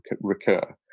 recur